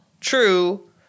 true